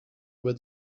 were